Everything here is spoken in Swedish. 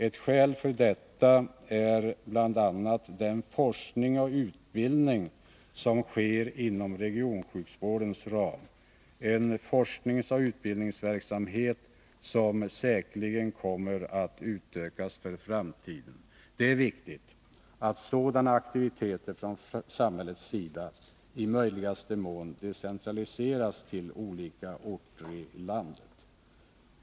Ett skäl för detta är bl.a. den forskning och utbildning som sker inom regionsjukvårdens ram, en forskningsoch utbildningsverksamhet som säkerligen kommer att utökas i framtiden. Det är viktigt att sådana aktiviteter från samhällets sida i möjligaste mån decentraliseras till olika orter i landet.